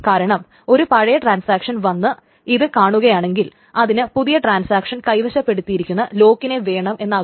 കാരണം ഒരു പഴയ ട്രാൻസാക്ഷൻ വന്ന് ഇത് കാണുകയാണെങ്കിൽ അതിന് പുതിയ ട്രാൻസാക്ഷൻ കൈവശപ്പെടുത്തിയിരിക്കുന്ന ലോക്കിനെ വേണം എന്നാകും